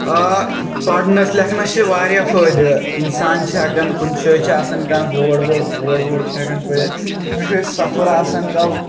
آ پَرنَس لیکھنَس چھِ واریاہ فٲیدٕ انسان چھِ ہٮ۪کان کُنہِ جایہِ چھِ آسان کانٛہہ بوڑ ووڑ بوڑ ووڑ چھِ ہٮ۪کان پٔرِتھ کُنہِ جایہِ سفر آسان کَرُن